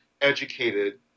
educated